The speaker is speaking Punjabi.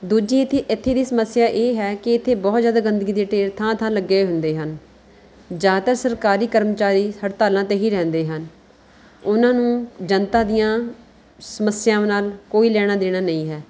ਦੂਜੀ ਇੱਥੇ ਇੱਥੇ ਦੀ ਸਮੱਸਿਆ ਇਹ ਹੈ ਕਿ ਇੱਥੇ ਬਹੁਤ ਜ਼ਿਆਦਾ ਗੰਦਗੀ ਦੇ ਢੇਰ ਥਾਂ ਥਾਂ ਲੱਗੇ ਹੋਏ ਹੁੰਦੇ ਹਨ ਜ਼ਿਆਦਾਤਰ ਸਰਕਾਰੀ ਕਰਮਚਾਰੀ ਹੜਤਾਲਾਂ 'ਤੇ ਹੀ ਰਹਿੰਦੇ ਹਨ ਉਨ੍ਹਾਂ ਨੂੰ ਜਨਤਾ ਦੀਆਂ ਸਮੱਸਿਆਵਾਂ ਨਾਲ ਕੋਈ ਲੈਣਾ ਦੇਣਾ ਨਹੀਂ ਹੈ